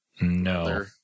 No